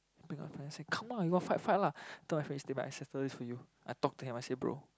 bring what friend say come lah you want fight fight lah told my friend you stay back I settle this for you I talk to him I say bro